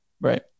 Right